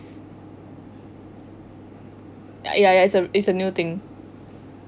ya ya ya it's a new thing